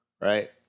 right